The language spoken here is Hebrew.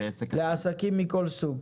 לעסקים מכל סוג?